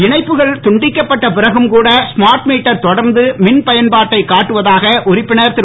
இணைப்புக்கள் துண்டிக்கப்பட்ட பிறகும் கூட ஸ்மார்ட் மீட்டர் தொடர்ந்து மின் பயன்பாட்டை காட்டுவதாக உறுப்பினர் திரு